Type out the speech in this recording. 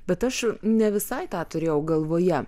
bet aš ne visai tą turėjau galvoje